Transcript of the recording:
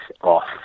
off